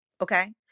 okay